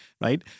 right